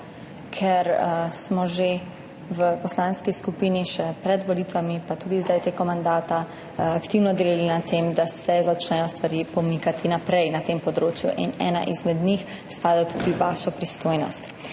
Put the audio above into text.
ker smo že v poslanski skupini še pred volitvami, pa tudi zdaj tekom mandata, aktivno delali na tem, da se začnejo stvari pomikati naprej na tem področju. Ena izmed njih spada tudi v vašo pristojnost.